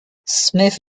smith